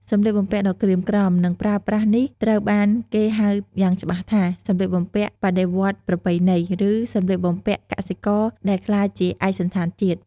សម្លៀកបំពាក់ដ៏ក្រៀមក្រំ និងប្រើប្រាស់នេះត្រូវបានគេហៅយ៉ាងច្បាស់ថា "សម្លៀកបំពាក់បដិវត្តន៍ប្រពៃណី" ឬ "សម្លៀកបំពាក់កសិករដែលក្លាយជាឯកសណ្ឋានជាតិ"។